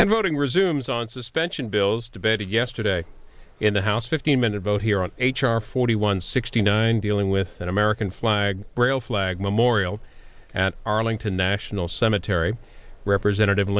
and voting resumes on suspension bills debated yesterday in the house fifteen minute vote here on h r forty one sixty nine dealing with an american flag brail flag memorial at arlington national cemetery representative